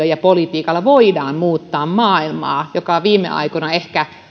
ja politiikalla voidaan muuttaa maailmaa mikä viime aikoina ehkä